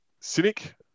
cynic